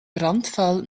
brandfall